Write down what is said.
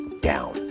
down